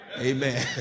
Amen